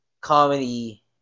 comedy